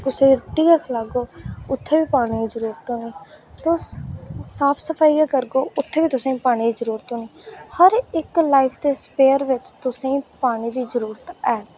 कुसै गी रुट्टी गै खलागे उत्थै बी पानियें दी जरूरत होनी तुस साफ सफाई गै करागेओ उत्थै बी तुसें ई पानियै दी जरूरत होनी हर इक लाईफ दे स्पेअर बिच तुसें गी पानी दी जरूरत ऐ